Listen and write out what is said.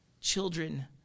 Children